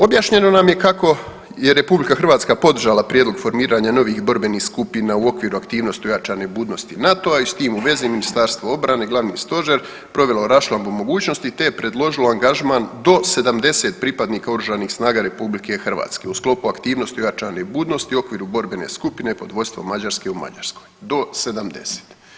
Objašnjeno nam je kako je RH podržala prijedlog formiranja novih borbenih skupina u okviru aktivnosti ojačane budnosti NATO-a i s tim u vezi Ministarstvo obrane, glavni stožer provelo raščlambu mogućnosti te je predložilo angažman do 70 pripadnika Oružanih snaga RH u sklopu aktivnosti ojačanje budnosti u okviru borbene skupine pod vodstvom Mađarske u Mađarskoj, do 70.